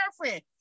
girlfriend